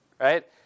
right